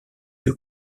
deux